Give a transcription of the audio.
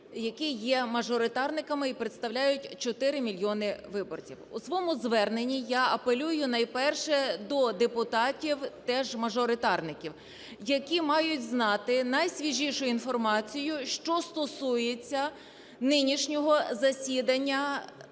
які є мажоритарниками і представляють 4 мільйони виборців. У своєму зверненні я апелюю найперше до депутатів теж мажоритарників, які мають знати найсвіжішу інформацію, що стосується нинішнього засідання